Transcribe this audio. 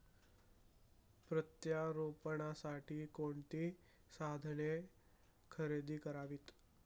प्रत्यारोपणासाठी कोणती साधने खरेदी करावीत?